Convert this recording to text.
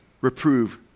reprove